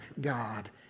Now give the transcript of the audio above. God